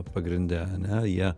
pagrinde ane jie